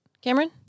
Cameron